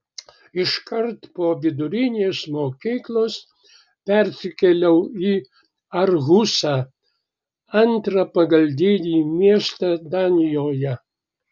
iškart po vidurinės mokyklos persikėliau į arhusą antrą pagal dydį miestą danijoje